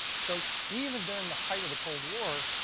so even during the height of the cold war,